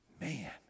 Man